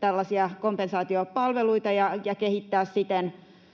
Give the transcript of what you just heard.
tällaisia kompensaatiopalveluita ja kehittää siten